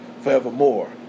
forevermore